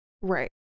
Right